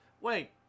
Wait